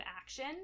action